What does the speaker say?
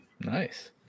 nice